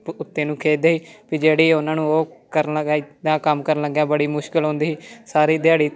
ਉੱਤੇ ਨੂੰ ਖਿੱਚਦੇ ਹੀ ਵੀ ਜਿਹੜੀ ਉਹਨਾਂ ਨੂੰ ਉਹ ਕਰਨ ਲੱਗਾ ਜਿੱਦਾਂ ਕੰਮ ਕਰਨ ਲੱਗਿਆਂ ਬੜੀ ਮੁਸ਼ਕਿਲ ਹੁੰਦੀ ਸੀ ਸਾਰੀ ਦਿਹਾੜੀ